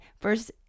verse